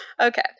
Okay